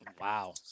Wow